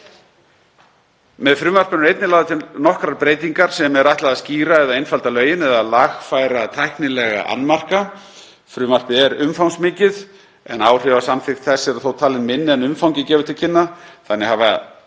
Með frumvarpinu eru einnig lagðar til nokkrar breytingar sem er ætlað að skýra eða einfalda lögin eða lagfæra tæknilega annmarka. Frumvarpið er umfangsmikið en áhrif af samþykkt þess eru þó talin minni en umfangið gefur til kynna. Þannig hafa